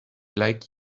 like